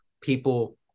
people